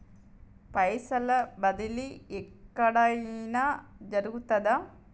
పైసల బదిలీ ఎక్కడయిన జరుగుతదా?